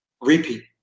repeat